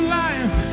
life